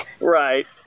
right